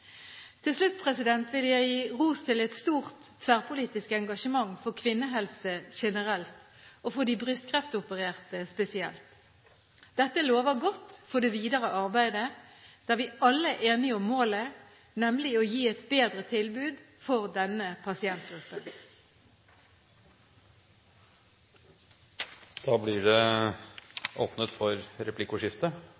Til slutt vil jeg gi ros til et stort tverrpolitisk engasjement for kvinnehelse generelt og for de brystkreftopererte spesielt. Dette lover godt for det videre arbeidet, der vi alle er enige om målet, nemlig å gi et bedre tilbud til denne pasientgruppen. Det blir